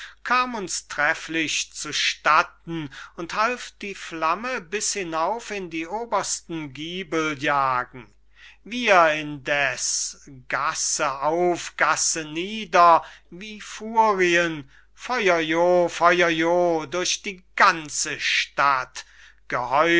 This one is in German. kam uns trefflich zu statten und half die flamme bis hinauf in die obersten gibel jagen wir indeß gasse auf gasse nieder wie furien feuerjo feuerjo durch die ganze stadt